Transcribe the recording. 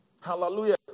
Hallelujah